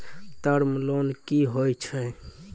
Term loan कि होय छै?